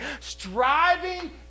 striving